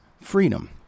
freedom